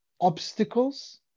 obstacles